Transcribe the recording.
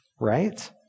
right